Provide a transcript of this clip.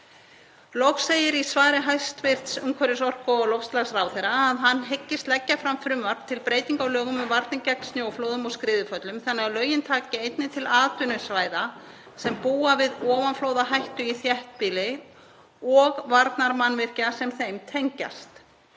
Loks segir í svari hæstv. umhverfis-, orku- og loftslagsráðherra að hann hyggist leggja fram frumvarp til breytinga á lögum um varnir gegn snjóflóðum og skriðuföllum þannig að lögin taki einnig til atvinnusvæða sem búa við ofanflóðahættu í þéttbýli og varnarmannvirkja sem þeim tengjast.